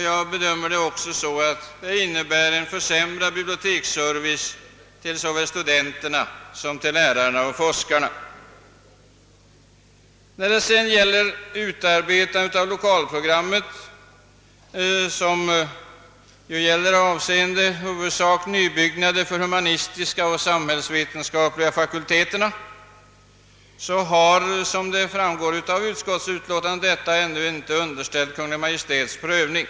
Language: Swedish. Jag bedömer det också så, att det innebär försämrad biblioteksservice såväl till studenterna som till lärare och forskare. När det sedan gäller utarbetandet av det lokalprogram som rör i huvudsak nybyggnader för de humanistiska och samhällsvetenskapliga fakulteterna har som framgår av utskottsutlåtandet detta ännu inte underställts Kungl. Maj:ts prövning.